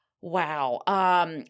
wow